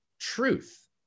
truth